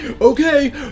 Okay